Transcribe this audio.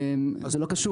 זה לא קשור.